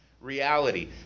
reality